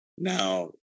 Now